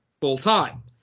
full-time